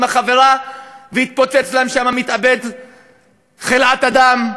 עם החברה והתפוצץ להם שם מתאבד חלאת אדם.